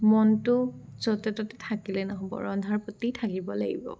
মনটো য'তে ত'তে থাকিলে নহ'ব ৰন্ধাৰ প্ৰতি থাকিব লাগিব